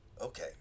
Okay